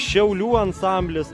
šiaulių ansamblis